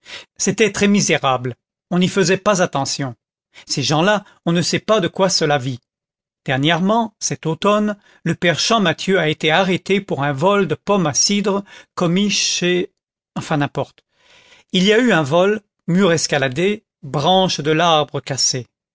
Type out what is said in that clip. c'était très misérable on n'y faisait pas attention ces gens-là on ne sait pas de quoi cela vit dernièrement cet automne le père champmathieu a été arrêté pour un vol de pommes à cidre commis chez enfin n'importe il y a eu vol mur escaladé branches de l'arbre cassées